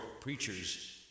preachers